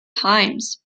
times